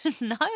No